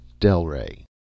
Delray